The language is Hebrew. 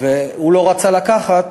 והוא לא רצה לקחת,